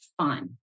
fun